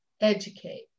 educate